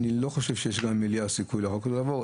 אני לא חושב שיש במליאה סיכוי לחוק לעבור.